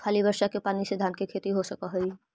खाली बर्षा के पानी से धान के खेती हो सक हइ?